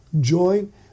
join